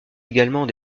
également